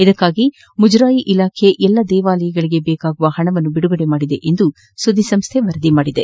ಇದಕ್ಕಾಗಿ ಮುಜರಾಯಿ ಇಲಾಖೆ ಎಲ್ಲಾ ದೇವಾಲಯಗಳಿಗೆ ಬೇಕಾಗುವ ಹಣವನ್ನು ಬಿದುಗಡೆ ಮಾಡಿದೆ ಎಂದು ಸುದ್ದಿ ಸಂಸ್ದೆ ವರದಿ ಮಾಡಿದೆ